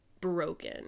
broken